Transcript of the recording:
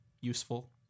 useful